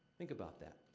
think about that.